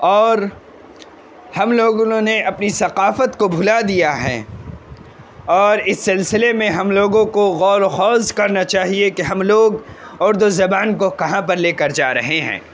اور ہم لوگوں نے اپنی ثقافت کو بھلا دیا ہے اور اس سلسلے میں ہم لوگوں کو غور و خوض کرنا چاہیے کہ ہم لوگ اردو زبان کو کہاں پر لے کر جا رہے ہیں